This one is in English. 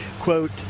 Quote